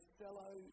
fellow